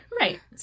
Right